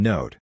Note